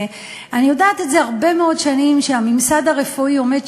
אני יודעת הרבה מאוד שנים שהממסד הרפואי עומד